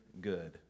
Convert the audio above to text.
good